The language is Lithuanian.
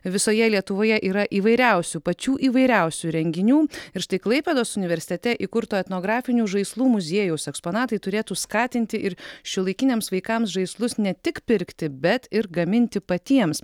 visoje lietuvoje yra įvairiausių pačių įvairiausių renginių ir štai klaipėdos universitete įkurto etnografinių žaislų muziejaus eksponatai turėtų skatinti ir šiuolaikiniams vaikams žaislus ne tik pirkti bet ir gaminti patiems